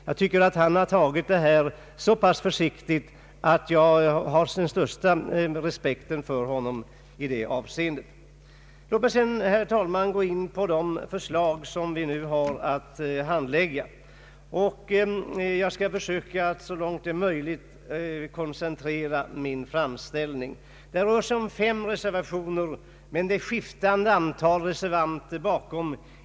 Jag tycker att han har tagit det här så pass försiktigt att jag har den största respekt för honom i det avseendet. Låt mig sedan, herr talman, gå in på det förslag som vi nu har att handlägga. Jag skall försöka att så långt det är möjligt koncentrera min framställning. Det rör sig om fem reservationer med skiftande antal reservanter.